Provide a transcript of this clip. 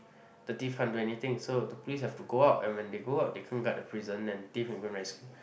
the thief can't do anything so the police have to go out and when they go out they can't guard the prison and the thief can go and rescue